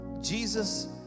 Jesus